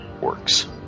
Works